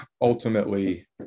ultimately